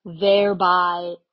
thereby